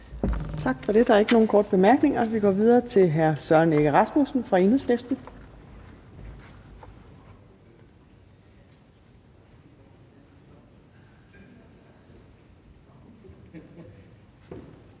Tak for det. Der er ikke nogen korte bemærkninger, så vi går videre til hr. Søren Egge Rasmussen fra Enhedslisten.